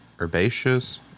herbaceous